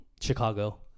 Chicago